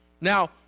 Now